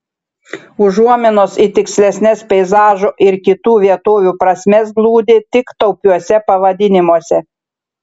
užuominos į tikslesnes peizažų ir kitų vietovių prasmes glūdi tik taupiuose pavadinimuose